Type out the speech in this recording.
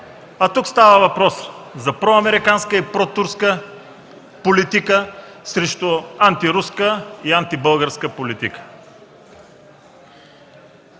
Тук става въпрос за проамериканска и протурска политика срещу антируска и антибългарска политика.